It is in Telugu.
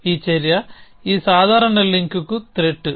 ఈ చర్య ఈ సాధారణ లింక్కు త్రెట్